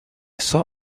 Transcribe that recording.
saw